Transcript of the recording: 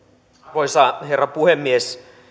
arvoisa herra puhemies